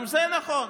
גם זה נכון.